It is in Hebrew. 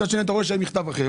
מצד שני אתה רואה שיש מכתב אחר,